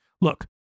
Look